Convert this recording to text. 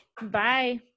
Bye